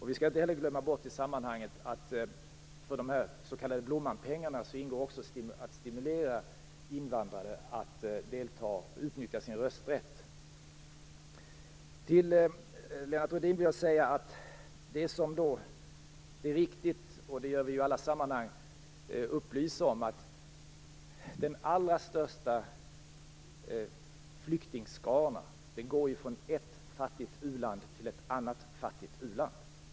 Vi skall inte heller glömma bort i sammanhanget att i de s.k. Blommanpengarna ingår att stimulera invandrare att utnyttja sin rösträtt. Det är viktigt, Lennart Rohdin, att i alla sammanhang upplysa om att den allra största flyktingskaran går från ett fattigt u-land till ett annat fattigt u-land.